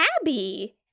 abby